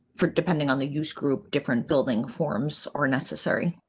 for, depending on the use group, different building forms or necessary.